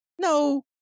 No